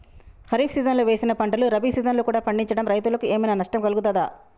ఖరీఫ్ సీజన్లో వేసిన పంటలు రబీ సీజన్లో కూడా పండించడం రైతులకు ఏమైనా నష్టం కలుగుతదా?